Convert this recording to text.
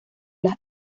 las